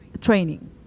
training